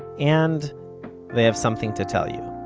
and they have something to tell you